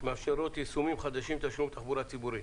שמאפשרות יישומים חדשים בתשלום לתחבורה הציבורית.